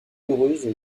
heureuse